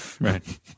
Right